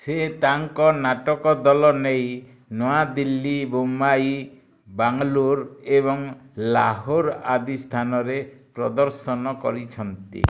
ସେ ତାଙ୍କ ନାଟକ ଦଲ ନେଇ ନୂଆଦିଲ୍ଲୀ ମୁମ୍ବାଇ ବାଙ୍ଗାଲୋର ଏବଂ ଲାହୋର ଆଦି ସ୍ଥାନରେ ପ୍ରଦର୍ଶନ କରିଛନ୍ତି